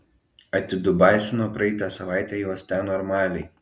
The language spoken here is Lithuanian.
atidubasino praeitą savaitę juos ten normaliai